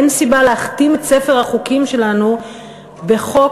אין סיבה להכתים את ספר החוקים שלנו בחוק,